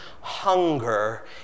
hunger